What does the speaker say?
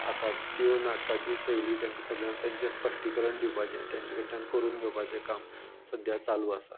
आसा त्यो नाटकाची शैली तेंका सगळ्यांक तेंचें सगलें स्पश्टिकरण दिवपाचें तेंचे कडच्यान करून घेवपाचें काम सद्द्या चालू आसा